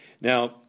Now